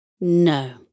No